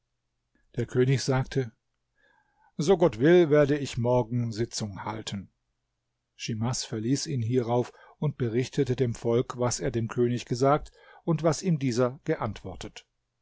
der könig sagte so gott will werde ich morgen sitzung halten schimas verließ ihn hierauf und berichtete dem volk was er dem könig gesagt und was ihm dieser geantwortet